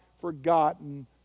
forgotten